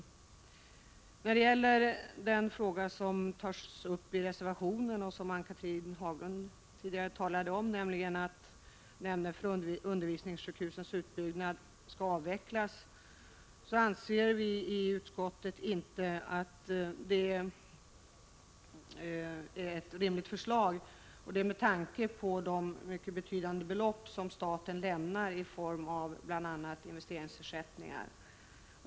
Ann-Cathrine Haglund berörde det förslag som tas upp i reservationen, dvs. att nämnden för undervisningssjukhusens utbyggnad skall avvecklas. Vi som tillhör utskottets majoritet anser inte att det är ett rimligt förslag, med tanke på de mycket betydande belopp som staten lämnar i form av bl.a. investeringsersättningar.